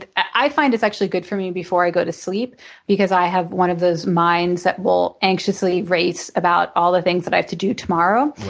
i find it's actually good for me before i go to sleep because i have one of those minds that will anxiously race about all the things that i have to do tomorrow.